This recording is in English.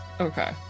Okay